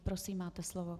Prosím, máte slovo.